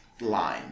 line